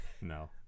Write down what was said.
no